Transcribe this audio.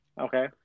okay